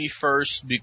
first